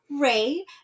Ray